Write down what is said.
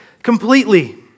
completely